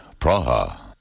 Praha